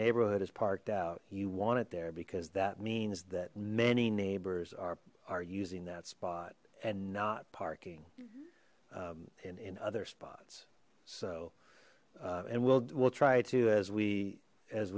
neighborhood is parked out you want it there because that means that many neighbors are are using that spot and not parking in in other spots so and we'll we'll try to as we as